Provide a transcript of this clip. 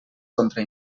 contra